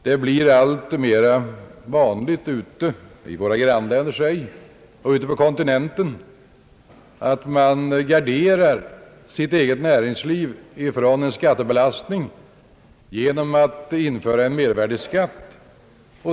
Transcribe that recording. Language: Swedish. Det blir allt mera vanligt i våra grannländer och på kontinenten att man garderar sitt eget näringsliv mot en skattebelastning genom att införa en mervärdeskatt.